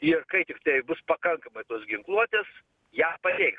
ir kai tiktai bus pakankamai tos ginkluotės ją paveiks